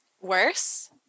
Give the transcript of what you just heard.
Worse